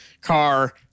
car